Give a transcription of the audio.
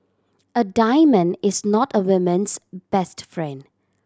a diamond is not a woman's best friend